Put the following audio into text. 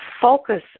focus